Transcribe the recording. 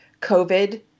COVID